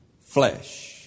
flesh